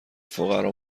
فقرا